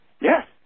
yes